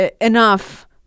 enough